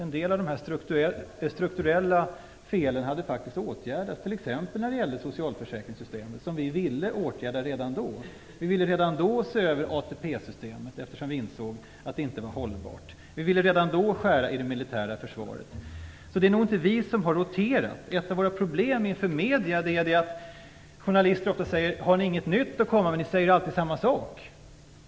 En del av de strukturella felen hade då åtgärdats, t.ex. när det gäller socialförsäkringssystemet som vi ville göra någonting åt. Vi ville redan då se över ATP-systemet, eftersom vi insåg att det inte var hållbart. Vi ville redan då skära i det militära försvaret. Det är nog inte vi som har roterat. Ett av våra problem när det gäller medierna är att journalister ofta säger: Har ni inget nytt att komma med? Ni säger alltid samma sak.